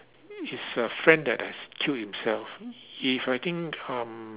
he's a friend that has kill himself if I think um